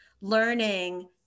learning